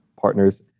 partners